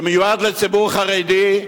שמיועד לציבור החרדי,